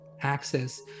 access